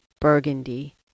Burgundy